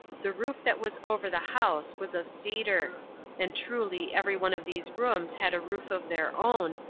the roof that was over the house was of cedar and truly every one of these rooms had a roof of their own,